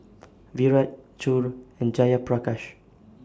Virat Choor and Jayaprakash